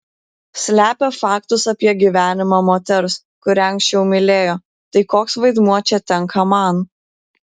slepia faktus apie gyvenimą moters kurią anksčiau mylėjo tai koks vaidmuo čia tenka man